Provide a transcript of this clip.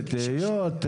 תהיות,